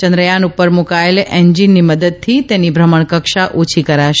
ચંદ્રયાન ઉપર મુકાયેલા એન્જીનની મદદથી તેની ભ્રમણકક્ષા ઓછી કરાશે